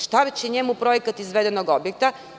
Šta će njemu projekat izvedenog objekta?